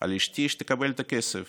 על אשתי שתקבל את הכסף?